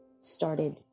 started